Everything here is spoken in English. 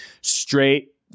straight